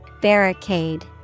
Barricade